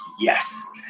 yes